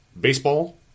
baseball